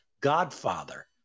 godfather